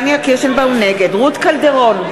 נגד רות קלדרון,